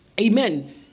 Amen